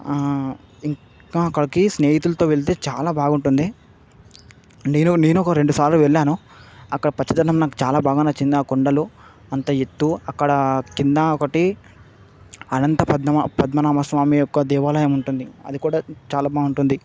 ఇంకా అక్కడికి సేహితులతో వెళ్తే చాలా బాగుంటుంది నేను నేను ఒక రెండు సార్లు వెళ్ళాను అక్కడ పచ్చదనం నాకు చాలా బాగా నచ్చింది కొండలు అంత ఎత్తు అక్కడ కింద ఒకటి అనంతపద్మమా పద్మనాభస్వామి యొక్క దేవాలయం ఉంటుంది అది కూడా చాలా బాగుంటుంది